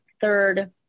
third